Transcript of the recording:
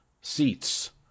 seats